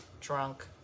drunk